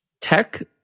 tech